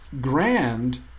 grand